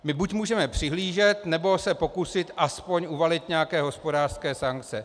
My buď můžeme přihlížet, nebo se pokusit aspoň uvalit nějaké hospodářské sankce.